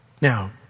Now